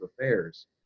affairs